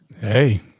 Hey